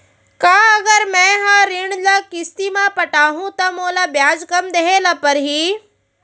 का अगर मैं हा ऋण ल किस्ती म पटाहूँ त मोला ब्याज कम देहे ल परही?